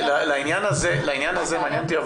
לעניין הזה מעניין אותי,